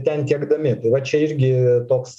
ten tiekdami tai va čia irgi toks